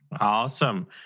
Awesome